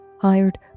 hired